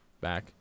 Back